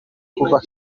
kuva